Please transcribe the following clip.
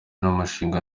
n’umushinga